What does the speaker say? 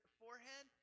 forehead